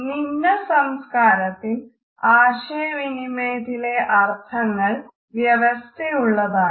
നിമ്നസംസ്കാരത്തിൽ ആശയവിനിമയത്തിലെ അർത്ഥങ്ങൾ വ്യവസ്ഥയുള്ളതാണ്